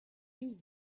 you